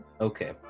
Okay